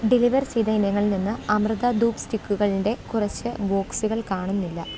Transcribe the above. deliver ചെയ്ത ഇനങ്ങളിൽ നിന്ന് അമൃത ധൂപ് സ്റ്റിക്കുകളിന്റെ കുറച്ച് ബോക്സുകൾ കാണുന്നില്ല